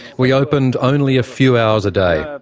we opened only a few hours a day.